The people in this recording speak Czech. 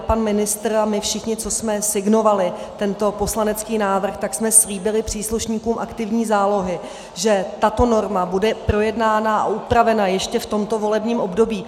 Pan ministr a my všichni, co jsme signovali tento poslanecký návrh, jsme slíbili příslušníkům aktivní zálohy, že tato norma bude projednána a upravena ještě v tomto volebním období.